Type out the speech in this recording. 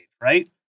right